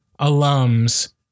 alums